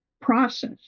process